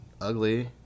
ugly